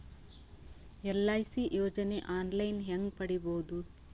LIC ಯೋಜನೆ online ಹೇಂಗ ಪಡಿಬಹುದು?